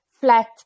flat